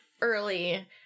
early